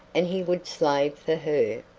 and he would slave for her,